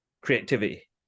creativity